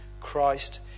Christ